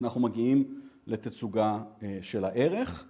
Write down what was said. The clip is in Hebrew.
‫אנחנו מגיעים לתצוגה של הערך.